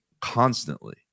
constantly